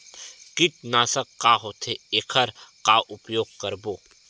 कीटनाशक का होथे एखर का उपयोग करबो?